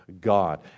God